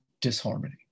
disharmony